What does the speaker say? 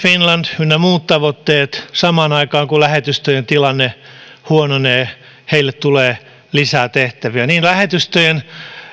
finland ynnä muut tavoitteet samaan aikaan kun lähetystöjen tilanne huononee ja heille tulee lisää tehtäviä ja lähetystöjen